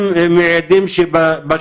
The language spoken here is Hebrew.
חבר הכנסת טאהא, אני מבין שסיימת.